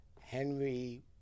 Henry